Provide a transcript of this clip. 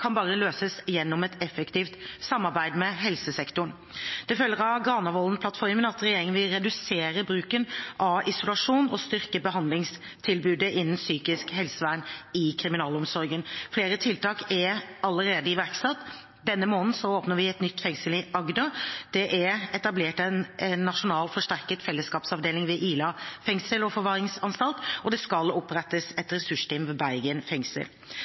kan bare løses gjennom et effektivt samarbeid med helsesektoren. Det følger av Granavolden-plattformen at regjeringen vil redusere bruken av isolasjon og styrke behandlingstilbudet innen psykisk helsevern i kriminalomsorgen. Flere tiltak er allerede iverksatt. Denne måneden åpner vi et nytt fengsel i Agder. Det er etablert en nasjonal forsterket fellesskapsavdeling ved Ila fengsel og forvaringsanstalt, og det skal opprettes et ressursteam ved Bergen fengsel.